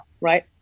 right